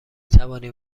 توانیم